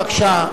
בבקשה.